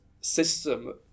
system